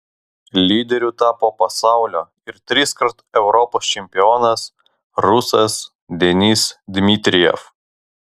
lyderiu tapo pasaulio ir triskart europos čempionas rusas denis dmitrijev